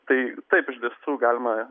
tai taip iš tiesų galima